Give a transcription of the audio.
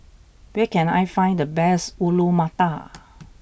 where can I find the best Alu Matar